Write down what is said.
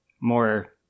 more